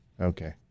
Okay